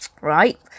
right